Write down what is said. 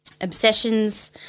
Obsessions